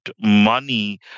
money